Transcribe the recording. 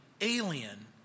alien